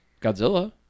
Godzilla